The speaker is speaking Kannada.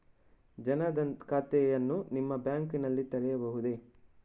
ಜನ ದನ್ ಖಾತೆಯನ್ನು ನಿಮ್ಮ ಬ್ಯಾಂಕ್ ನಲ್ಲಿ ತೆರೆಯಬಹುದೇ?